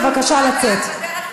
בבקשה לצאת.